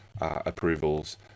approvals